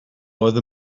oedd